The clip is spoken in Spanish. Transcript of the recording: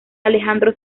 alejandro